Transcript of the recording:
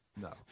No